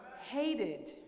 hated